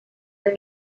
your